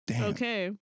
okay